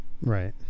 Right